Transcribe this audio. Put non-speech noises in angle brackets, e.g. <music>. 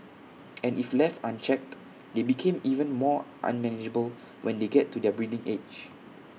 <noise> and if left unchecked they become even more unmanageable when they get to their breeding age